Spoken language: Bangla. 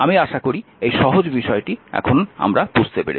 আমি আশা করি এই সহজ বিষয়টি এখন আমার বুঝতে পেরেছি